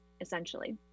essentially